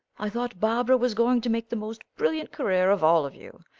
i thought barbara was going to make the most brilliant career of all of you.